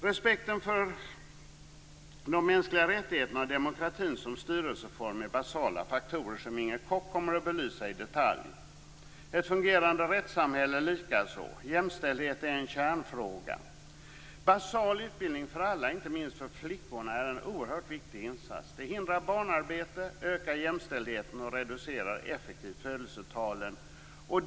Respekten för de mänskliga rättigheterna och demokratin som styrelseform är basala faktorer, som Inger Koch kommer att belysa i detalj. Det gäller likaså ett fungerande rättssamhälle. Jämställdhet är en kärnfråga. Basal utbildning för alla, inte minst för flickorna, är en oerhört viktig insats. Det hindrar barnarbete, ökar jämställdheten och reducerar effektivt födelsetalen.